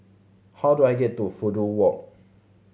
how do I get to Fudu Walk